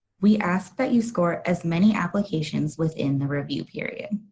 we ask that you score as many applications within the review period.